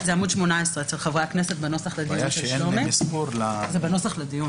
סעיף קטן (ד)